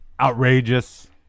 Outrageous